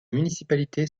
municipalité